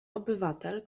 obywatel